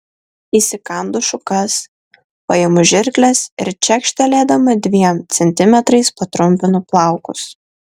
įsikandu šukas paimu žirkles ir čekštelėdama dviem centimetrais patrumpinu plaukus